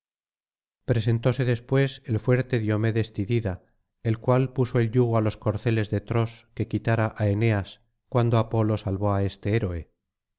tose después el fuerte díomedes tidida el cual puso el yugo á los corceles de tros que quitara á eneas cuando apolo salvó á este héroe